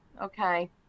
okay